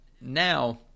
now